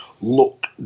look